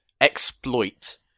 exploit